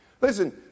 Listen